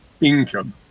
income